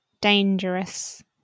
dangerous